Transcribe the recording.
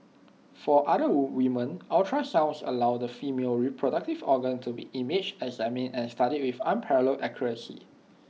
for other women ultrasound allows the female reproductive organs to be imaged examined and studied with unparalleled accuracy